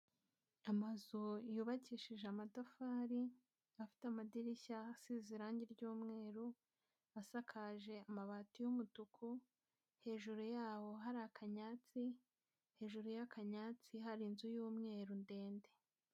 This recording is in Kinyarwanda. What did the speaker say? Amazu yubakishije amatafari afite amadirishya asize irange ry'umweru, asakaje amabati y'umutuku, hejuru yawo hari akanyansi, hejuru y'akanyansi hari inzu y'umweru ndende.